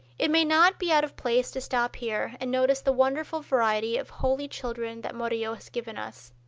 it may not be out of place to stop here and notice the wonderful variety of holy children that murillo has given us.